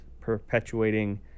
perpetuating